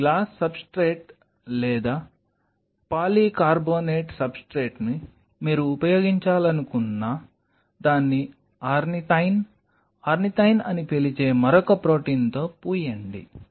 మీరు glass substrate లేదా polycarbonate సబ్స్ట్రేట్ని మీరు ఉపయోగించాలనుకున్నా దాన్ని ఆర్నిథైన్ ఆర్నిథైన్ అని పిలిచే మరొక ప్రోటీన్తో పూయండి